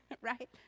right